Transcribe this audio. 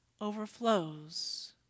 overflows